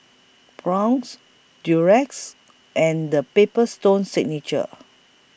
Braun's Durex and The Paper Stone Signature